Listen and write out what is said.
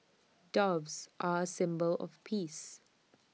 doves are A symbol of peace